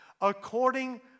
according